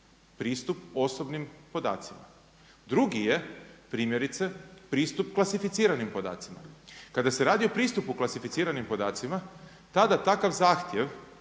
pristup osobnim podacima. Drugi je, primjerice, pristup klasificiranim podacima. Kada se radi o pristupu klasificiranim podacima tada takav zahtjev